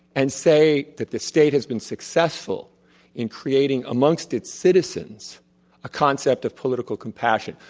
and say that the state has been successful in creating amongst its citizens a concept of political compassion.